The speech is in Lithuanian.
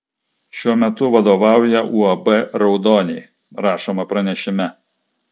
šiuo metu vadovauja uab raudoniai rašoma pranešime